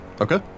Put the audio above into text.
Okay